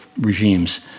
regimes